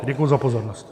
Děkuji za pozornost.